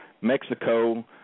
Mexico